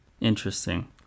interesting